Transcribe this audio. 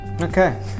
okay